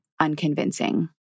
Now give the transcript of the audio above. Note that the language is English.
unconvincing